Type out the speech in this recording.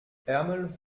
ärmel